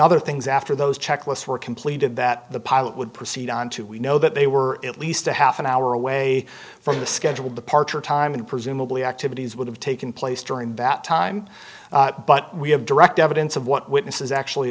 other things after those checklists were completed that the pilot would proceed on to we know that they were at least a half an hour away from the scheduled departure time and presumably activities would have taken place during that time but we have direct evidence of what witnesses actually